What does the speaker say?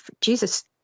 Jesus